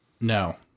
No